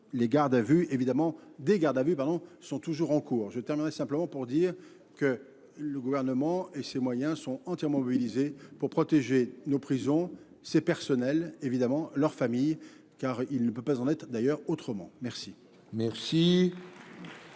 les gardes à vue, évidemment, des gardes à vue, pardon, sont toujours en cours. Je terminerai simplement pour dire que le gouvernement et ses moyens sont entièrement mobilisés pour protéger nos prisons, ses personnels, évidemment, leurs familles, car il ne peut pas en être d'ailleurs autrement. Merci.